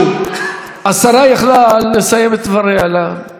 השרה הייתה יכולה לסיים את דבריה עוד דקה